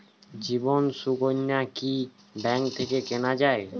জীবন সুকন্যা কি ব্যাংক থেকে কেনা যায়?